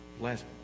Last